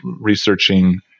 researching